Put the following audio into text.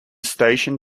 station